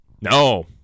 No